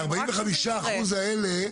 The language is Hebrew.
-- כי 45% האלה,